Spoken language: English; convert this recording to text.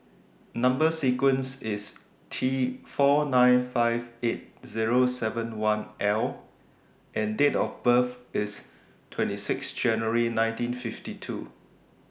Number sequence IS T four nine five eight Zero seven one L and Date of birth IS twenty six January nineteen fifty two